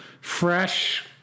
fresh